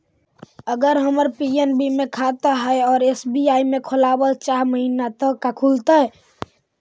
अगर हमर पी.एन.बी मे खाता है और एस.बी.आई में खोलाबल चाह महिना त का खुलतै?